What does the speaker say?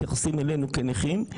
מתייחסים אלינו כנכים,